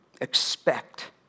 expect